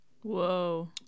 Whoa